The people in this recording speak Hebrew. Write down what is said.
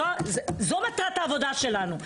וזו מטרת העבודה שלנו.